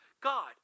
God